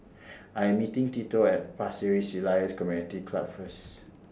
I Am meeting Tito At Pasir Ris Elias Community Club First